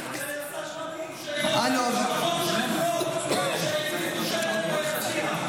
סדרנים גררו משפחות שכולות שהניפו שלט ביציע.